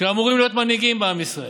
שאמורים להיות מנהיגים בעם ישראל,